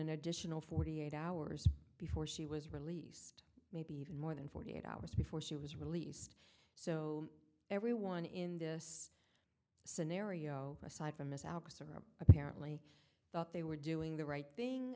an additional forty eight hours before she was released maybe even more than forty eight hours before she was released so everyone in this scenario aside from this alex are apparently thought they were doing the right thing